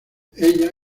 ella